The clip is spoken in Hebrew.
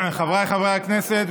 חבריי חברי הכנסת,